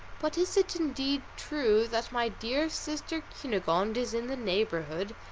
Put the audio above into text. but is it, indeed, true that my dear sister cunegonde is in the neighbourhood,